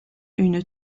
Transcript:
une